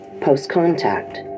post-contact